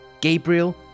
Gabriel